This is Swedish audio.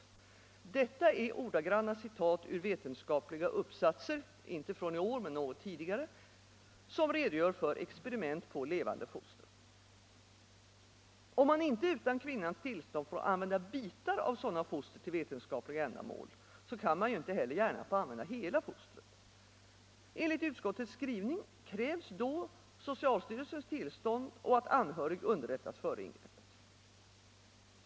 Detta är ordagranna citat ur vetenskapliga uppsatser — inte från i år utan något tidigare — som redogör för experiment på levande foster. Om man inte utan kvinnans tillstånd får använda bitar av sådana foster till vetenskapliga ändamål kan man ju inte heller gärna få använda hela fostret. Enligt utskottets mening krävs då socialstyrelsens tillstånd och att anhörig underrättas före ingreppet.